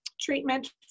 treatment